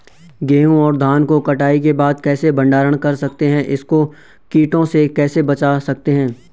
गेहूँ और धान को कटाई के बाद कैसे भंडारण कर सकते हैं इसको कीटों से कैसे बचा सकते हैं?